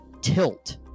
Tilt